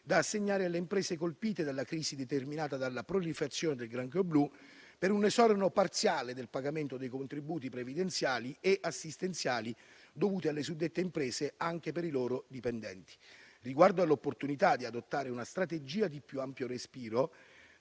da assegnare alle imprese colpite dalla crisi determinata dalla proliferazione del granchio blu, per un esonero parziale del pagamento dei contributi previdenziali e assistenziali dovuti alle suddette imprese, anche per i loro dipendenti. Riguardo all'opportunità di adottare una strategia di più ampio respiro